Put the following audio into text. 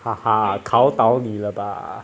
哈哈考倒你了吧